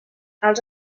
els